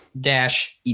Dash